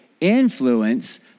influence